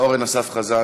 לאורן אסף חזן,